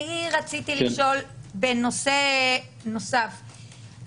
רציתי לשאול בנושא נוסף,